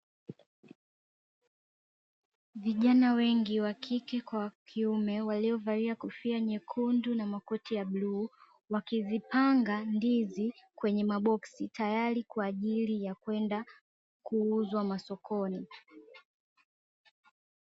Vijana wengi wa kike kwa wa kiume waliyovalia kofia nyekundu na makoti ya bluu, wakizipanga ndizi kwenye maboksi tayari kwa ajili ya kwenda kuuzwa masokoni.